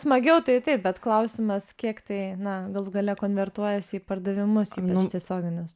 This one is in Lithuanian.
smagiau tai taip bet klausimas kiek tai na galų gale konvertuojasi į pardavimus ypač tiesioginius